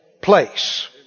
place